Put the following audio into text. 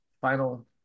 final